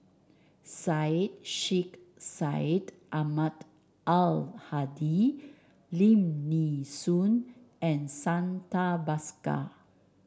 Syed Sheikh Syed Ahmad Al Hadi Lim Nee Soon and Santha Bhaskar